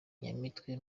nyamitwe